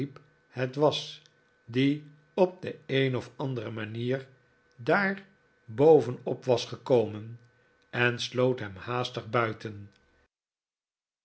het was die op de een of andere manier daar bovenop was gekomen en sloot hem haastig buiten